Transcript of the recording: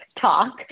talk